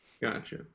Gotcha